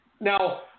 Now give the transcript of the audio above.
Now